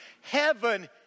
heaven